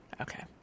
Okay